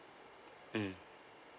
mm